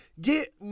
get